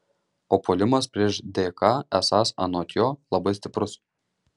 o puolimas prieš dk esąs anot jo labai stiprus